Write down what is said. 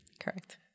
Correct